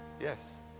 Yes